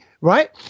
Right